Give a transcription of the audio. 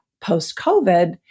post-COVID